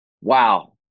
Wow